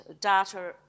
data